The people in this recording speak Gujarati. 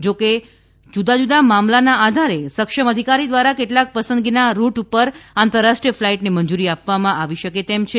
જો કે જુદા જુદા મામલાના આધારે સક્ષમ અધિકારી દ્વારા કેટલાક પસંદગીના રૂટ ઉપર આંતરરાષ્ટ્રીય ફલાઇટને મંજુરી આપવામાં આવી શકે તેમ છે